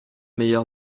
meilleur